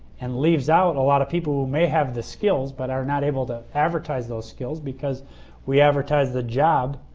and leaves out a lot of people who may have the skills but are not able to advertise those skills because we advertise the job